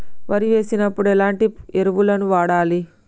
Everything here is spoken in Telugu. వరి వేసినప్పుడు ఎలాంటి ఎరువులను వాడాలి?